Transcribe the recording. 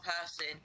person